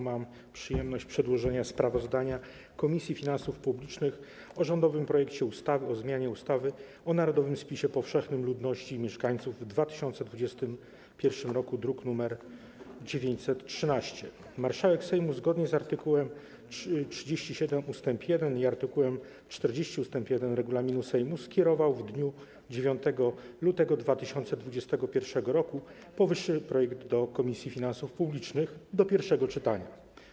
Mam przyjemność przedstawić sprawozdanie Komisji Finansów Publicznych o rządowym projekcie ustawy o zmianie ustawy o narodowym spisie powszechnym ludności i mieszkań w 2021 r., druk nr 913. Marszałek Sejmu, zgodnie z art. 37 ust. 1 i art. 40 ust. 1 regulaminu Sejmu, skierowała w dniu 9 lutego 2021 r. powyższy projekt do Komisji Finansów Publicznych do pierwszego czytania.